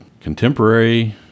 Contemporary